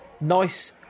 Nice